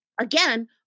again